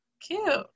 cute